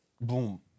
Boom